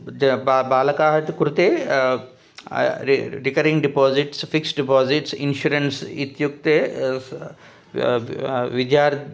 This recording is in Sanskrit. ज बा बालकाः कृते recurring deposits fixed deposits insurance इत्युक्ते विद्यार्थी